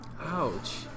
ouch